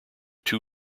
two